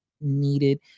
needed